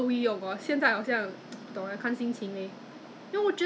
then I don't know mine was quite bad lor 真的是 almost 烂这样